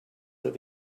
that